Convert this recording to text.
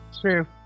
True